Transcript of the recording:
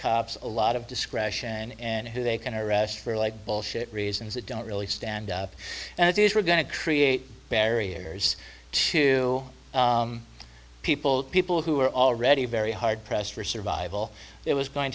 cops a lot of discretion and who they can arrest for like bullshit reasons that don't really stand up and that is we're going to create barriers to people people who are already very hard pressed for survival it was going